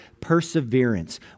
perseverance